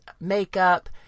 makeup